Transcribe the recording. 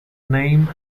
name